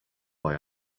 boy